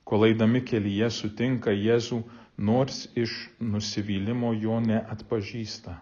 kol eidami kelyje sutinka jėzų nors iš nusivylimo jo neatpažįsta